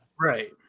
Right